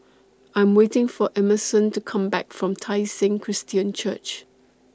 I Am waiting For Emerson to Come Back from Tai Seng Christian Church